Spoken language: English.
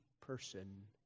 person